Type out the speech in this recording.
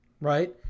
right